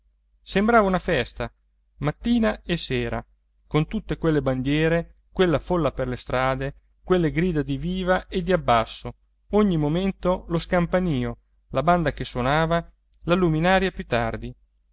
sembrava una festa mattina e sera con tutte quelle bandiere quella folla per le strade quelle grida di viva e di abbasso ogni momento lo scampanìo la banda che suonava la luminaria più tardi